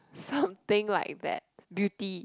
something like that Beauty